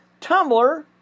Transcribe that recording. Tumblr